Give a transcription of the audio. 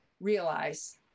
realize